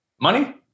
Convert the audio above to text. Money